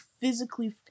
physically